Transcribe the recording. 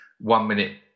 one-minute